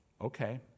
Okay